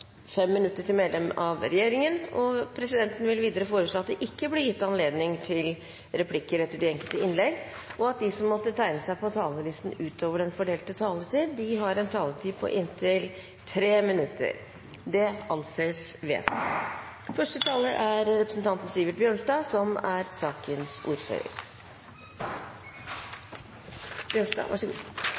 minutter til medlem av regjeringen. Videre vil presidenten foreslå at det blir gitt anledning til seks replikker med svar etter innlegg fra medlem av regjeringen innenfor den fordelte taletid, og at de som måtte tegne seg på talerlisten utover den fordelte taletid, får en taletid på inntil 3 minutter. – Det anses vedtatt. Bakgrunnen for denne saka er